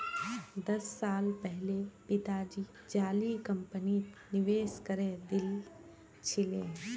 दस साल पहले पिताजी जाली कंपनीत निवेश करे दिल छिले